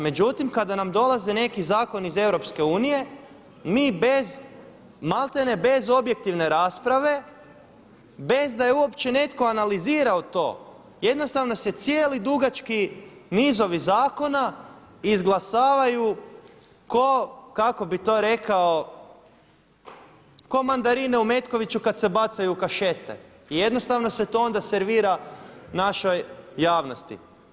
Međutim kada nam dolaze neki zakoni iz EU mi bez malte ne bez objektivne rasprave, bez da je uopće neko analizirao to jednostavno se cijeli dugački nizovi zakona izglasavaju ko kako bi to rekao, ko mandarine u Metkoviću kada se bacaju u kašete, jednostavno se to onda servira našoj javnosti.